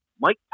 Mike